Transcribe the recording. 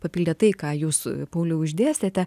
papildė tai ką jūs pauliau išdėstėte